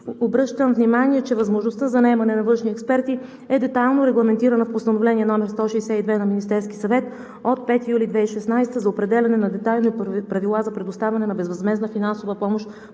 Обръщам внимание, че възможността за наемане на външни експерти е детайлно регламентирана в Постановление № 162 на Министерския съвет от 5 юли 2016 г. за определяне на детайлни правила за предоставяне на безвъзмездна финансова помощ